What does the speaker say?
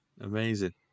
amazing